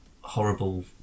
horrible